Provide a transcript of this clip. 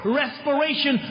respiration